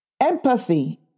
Empathy